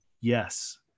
yes